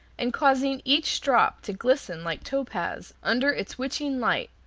and causing each drop to glisten like topaz under its witching light.